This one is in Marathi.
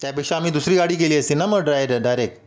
त्यापेक्षा आम्ही दुसरी गाडी केली असती ना मग ड्राय डाय डायरेक्ट